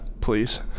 please